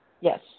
Yes